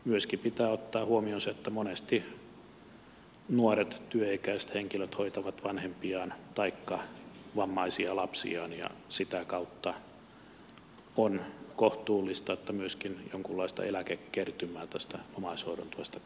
myöskin pitää ottaa huomioon se että monesti nuoret työikäiset henkilöt hoitavat vanhempiaan taikka vammaisia lapsiaan ja sitä kautta on kohtuullista että myöskin jonkunlaista eläkekertymää tästä omaishoidosta kertyisi